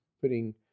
putting